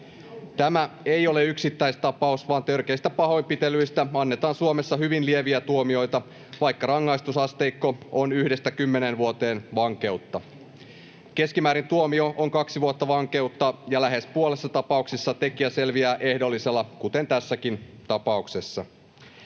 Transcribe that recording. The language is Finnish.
Tämä ei ole yksittäistapaus, vaan törkeistä pahoinpitelyistä annetaan Suomessa hyvin lieviä tuomioita, vaikka rangaistusasteikko on 1—10 vuotta vankeutta. Keskimäärin tuomio on kaksi vuotta vankeutta, ja lähes puolessa tapauksista tekijä selviää ehdollisella, kuten tässäkin tapauksessa.